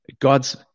God's